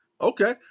Okay